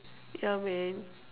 ya man